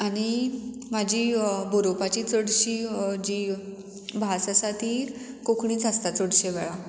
आनी म्हाजी बरोवपाची चडशी जी भास आसा ती कोंकणीच आसता चडशे वेळार